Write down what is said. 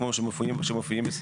כמו שמופיעות